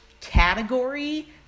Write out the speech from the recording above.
category